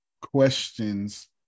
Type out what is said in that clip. questions